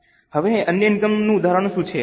હવે અન્ય ઇનકમ નું ઉદાહરણ શું છે